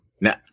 Now